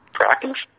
practice